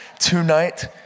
Tonight